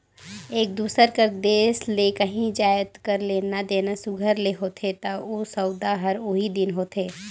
एक दूसर कर देस ले काहीं जाएत कर लेना देना सुग्घर ले होथे ता ओ सउदा हर ओही दिन होथे